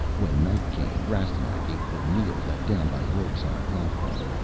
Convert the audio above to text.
when night came, rastignac ate the meal let down by ropes on a platform.